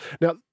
Now